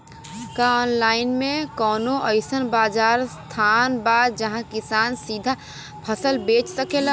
का आनलाइन मे कौनो अइसन बाजार स्थान बा जहाँ किसान सीधा फसल बेच सकेलन?